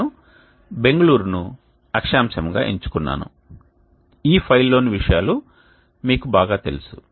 నేను బెంగుళూరును అక్షాంశంగా ఎంచుకున్నాను ఈ ఫైల్లోని విషయాలు మీకు బాగా తెలుసు